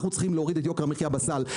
אנחנו צריכים להוריד את יוקר המחיה בסל,